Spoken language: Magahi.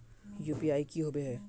यु.पी.आई की होबे है?